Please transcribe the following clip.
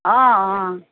অঁ অঁ